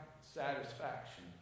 satisfaction